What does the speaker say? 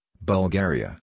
Bulgaria